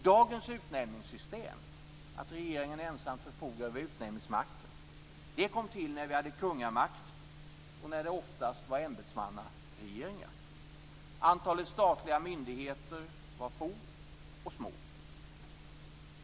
Dagens utnämningssystem, där regeringen ensam förfogar över utnämningsmakten, kom till när vi hade kungamakt och när det oftast var ämbetsmannaregeringar. De statliga myndigheterna var få och små.